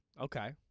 Okay